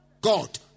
God